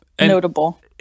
Notable